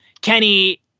Kenny